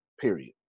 Period